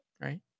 right